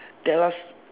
tell us